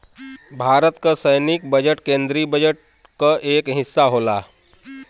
भारत क सैनिक बजट केन्द्रीय बजट क एक हिस्सा होला